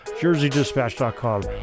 jerseydispatch.com